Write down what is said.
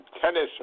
tennis